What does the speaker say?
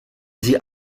sie